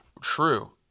true